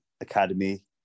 academy